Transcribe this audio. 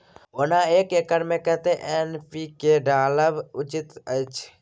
ओना एक एकर मे कतेक एन.पी.के डालब उचित अछि?